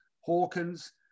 Hawkins